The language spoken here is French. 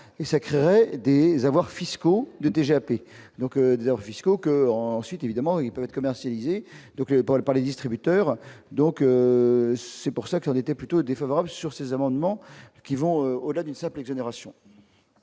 et ça créerait des avoirs fiscaux de TGAP donc déserts fiscaux que ensuite évidemment, il peut être commercialisé donc épaulé par les distributeurs, donc c'est pour ça qu'on était plutôt défavorable sur ces amendements qui vont au-delà d'une simple exonération.